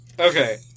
Okay